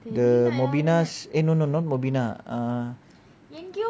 the mobina no no no not mobina